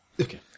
Okay